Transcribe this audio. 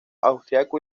austriaco